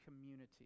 community